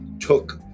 took